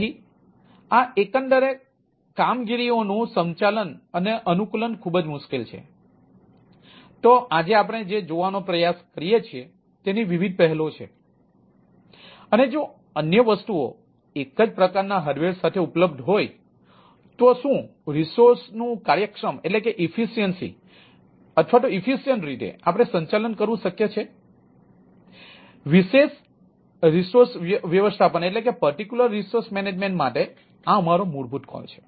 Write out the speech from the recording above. તેથી આ એકંદર કામગીરીઓનું સંચાલન માટે આ અમારો મૂળભૂત કોલ છે